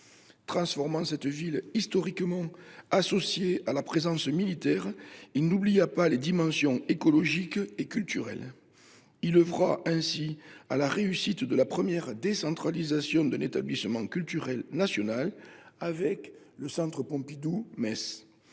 transformant cette cité historiquement associée à la présence militaire, il n’a jamais oublié les dimensions écologique et culturelle. Il œuvra ainsi à la réussite de la première décentralisation d’un établissement culturel national, avec le Centre Pompidou Metz.